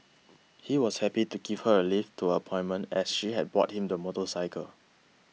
he was happy to give her a lift to her appointment as she had bought him the motorcycle